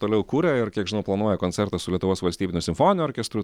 toliau kuria ir kiek žinau planuoja koncertą su lietuvos valstybiniu simfoniniu orkestru